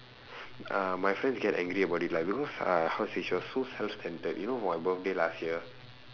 ah my friends get angry about it like because uh how to say she was so self centered you know for my birthday last year